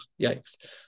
yikes